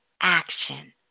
action